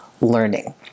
learning